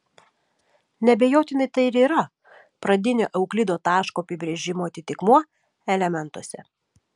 neabejotinai tai ir yra pradinio euklido taško apibrėžimo atitikmuo elementuose